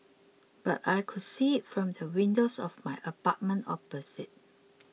but I could see it from the windows of my apartment opposite